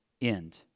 end